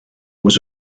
was